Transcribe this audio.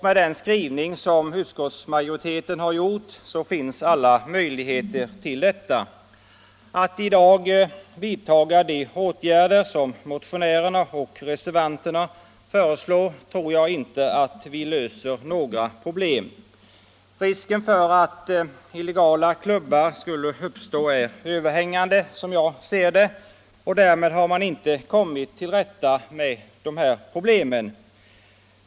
Med den skrivning som utskottsmajoriteten har gjort finns alla möjligheter till detta. Att i dag vidta de åtgärder som motionärerna och reservanterna föreslår tror jag inte löser några problem. Risken för att illegala klubbar skulle uppstå är överhängande, och därmed har man inte kommit till rätta med problemen.